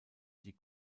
die